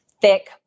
thick